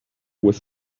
with